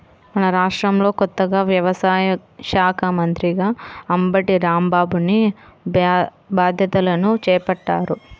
మన రాష్ట్రంలో కొత్తగా వ్యవసాయ శాఖా మంత్రిగా అంబటి రాంబాబుని బాధ్యతలను చేపట్టారు